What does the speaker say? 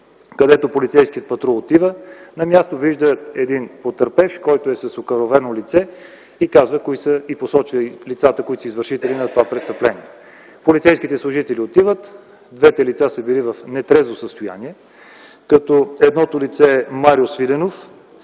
Полицейски патрул отива на място, вижда един потърпевш, който е с окървавено лице, и посочва лицата, извършители на това престъпление. Полицейските служители отиват, двете лица са били в нетрезво състояние, като едното лице – Марио Свиленов,